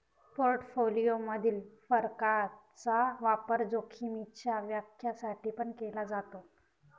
portfolio मधील फरकाचा वापर जोखीमीच्या व्याख्या साठी पण केला जातो